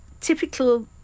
typical